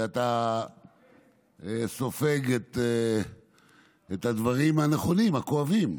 ואתה סופג את הדברים הנכונים, הכואבים.